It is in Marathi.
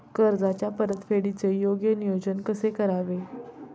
कर्जाच्या परतफेडीचे योग्य नियोजन कसे करावे?